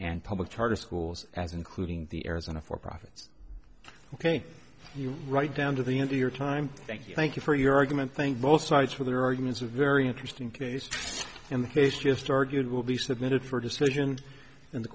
and public charter schools as including the arizona for profits ok you write down to the end of your time thank you thank you for your argument think both sides for their arguments are very interesting in the case just argued will be submitted for decision in the